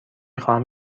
خواهم